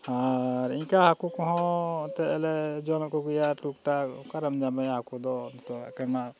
ᱟᱨ ᱤᱱᱠᱟᱹ ᱦᱟᱹᱠᱩ ᱠᱚᱦᱚᱸ ᱮᱱᱛᱮᱫ ᱞᱮ ᱡᱚᱢ ᱠᱚᱜᱮᱭᱟ ᱴᱩᱠᱴᱟᱠ ᱚᱠᱟᱨᱮᱢ ᱧᱟᱢᱮᱭᱟ ᱦᱟᱹᱠᱩ ᱫᱚ ᱱᱤᱛᱚᱜ ᱢᱟ